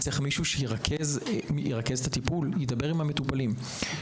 צריך מישהו שירכז את הטיפול וידבר עם המטופלים.